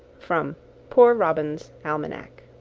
from poor robin's almanack.